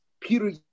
Peter